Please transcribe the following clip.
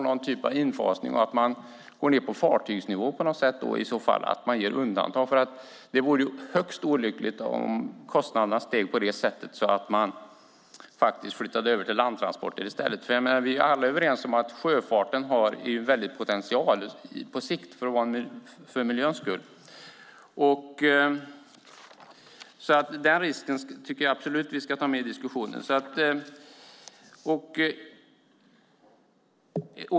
Någon typ av infasning bör man alltså ha och då i så fall gå ned så att säga på fartygsnivå och göra undantag. Det vore högst olyckligt om kostnaderna steg så mycket att man i stället flyttade över till landtransporter. Vi är alla överens om att sjöfarten på sikt har en väldig potential just för miljöns skull. Den risken tycker jag därför att vi absolut ska ta med i diskussionen.